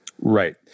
Right